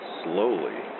slowly